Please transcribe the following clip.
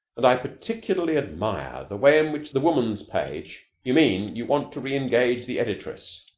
and i particularly admire the way in which the woman's page you mean you want to reengage the editress?